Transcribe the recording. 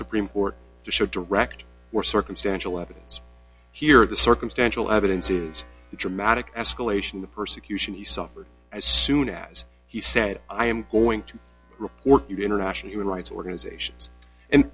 supreme court should direct were circumstantial evidence here the circumstantial evidence is dramatic escalation the persecution he suffered as soon as he said i am going to report you to international human rights organizations and